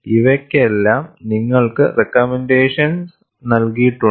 ഇവയ്ക്കെല്ലാം നിങ്ങൾക്ക് റെക്കമെൻറ്റേഷൻസ് നൽകിയിട്ടുണ്ട്